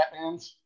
Batmans